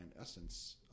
essence